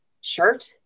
shirt